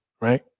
right